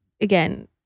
again